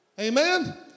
Amen